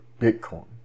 Bitcoin